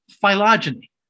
phylogeny